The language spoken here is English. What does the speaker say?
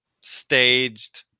staged